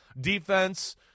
Defense